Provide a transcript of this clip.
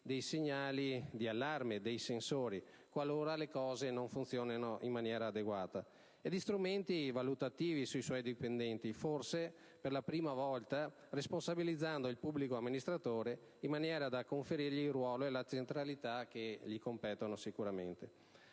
di segnali di allarme e di sensori (qualora le cose non funzionino adeguatamente) e di strumenti valutativi sui suoi dipendenti, forse per la prima volta responsabilizzando il pubblico amministratore in maniera da conferirgli il ruolo e la centralità che gli competono. Con questo